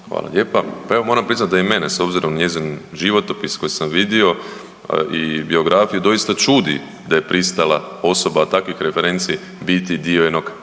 Hvala lijepa. Pa moram priznat da je i mene s obzirom na njezin životopis koji sam vidio i biografiju, doista čudi da je pristala osoba takvih referenci biti dio jednog